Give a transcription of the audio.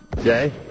Jay